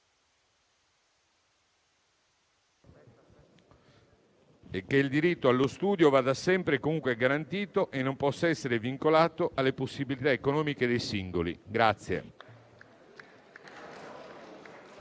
e che il diritto allo studio vada sempre e comunque garantito e non possa essere vincolato alle possibilità economiche dei singoli. Testo